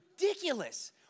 ridiculous